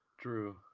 True